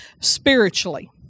spiritually